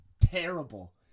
terrible